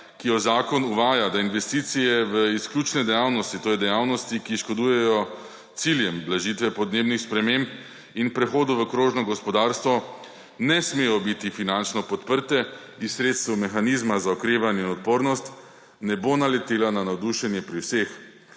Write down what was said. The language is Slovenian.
ki jo zakon uvaja, da investicije v izključne dejavnosti, to je dejavnosti, ki škodujejo ciljem blažitve podnebnih sprememb in prehodu v krožno gospodarstvo, ne smejo biti finančno podprte iz sredstev mehanizma za okrevanje in odpornost, ne bo naletela na navdušenje pri vseh,